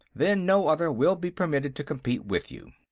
then no other will be permitted to compete with you.